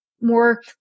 more